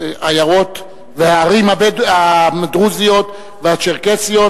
מהעיירות והערים הדרוזיות והצ'רקסיות,